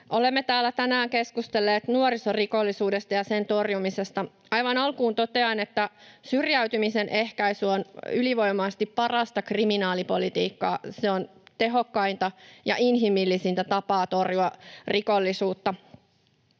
Olemme täällä tänään keskustelleet nuorisorikollisuudesta ja sen torjumisesta. Aivan alkuun totean, että syrjäytymisen ehkäisy on ylivoimaisesti parasta kriminaalipolitiikkaa. Se on tehokkainta ja inhimillisintä tapaa torjua rikollisuutta.